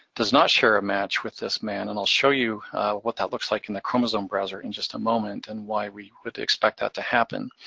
does not share a match with this man, and i'll show you what that looks like in the chromosome browser in just a moment, and why we would expect that to happen.